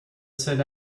sit